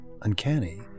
Uncanny